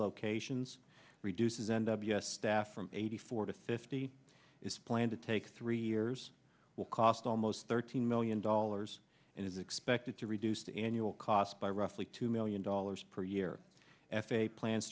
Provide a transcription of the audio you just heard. locations reduces n w s staff from eighty four to fifty is planned takes three years will cost almost thirteen million dollars and is expected to reduce the annual cost by roughly two million dollars per year f a a plans